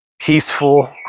peaceful